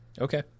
Okay